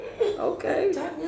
Okay